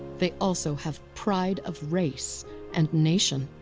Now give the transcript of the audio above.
they also have pride of race and nation.